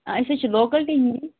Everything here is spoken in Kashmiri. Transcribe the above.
أسۍ حظ چھِ لوکَلٹی